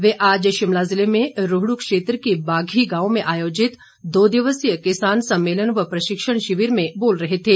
वे आज शिमला जिले में रोहड् क्षेत्र के बाघी गांव में आयोजित दो दिवसीय किसान सम्मेलन व प्रशिक्षण शिविर में बोल रहे थे